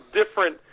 different